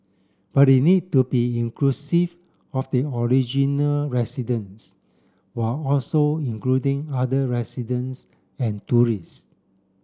but it need to be inclusive of the original residents while also including other residents and tourists